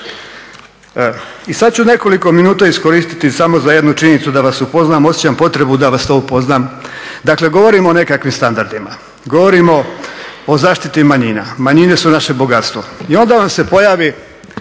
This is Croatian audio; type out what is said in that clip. I sad ću nekoliko minuta iskoristiti samo za jednu činjenicu, da vas upoznam, osjećam potrebu da vas to upoznam. Dakle, govorimo o nekakvim standardima, govorimo o zaštiti manjina, manjine su naše bogatstvo. I onda vam se pojavi